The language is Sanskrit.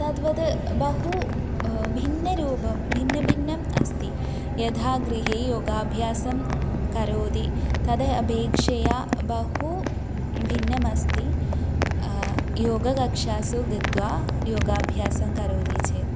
तद्वत् बहु भिन्नरूपं भिन्नभिन्नम् अस्ति यदा गृहे योगाभ्यासं करोति तदपेक्षया बहु भिन्नम् अस्ति योगकक्षासु गत्वा योगाभ्यासं करोति चेत्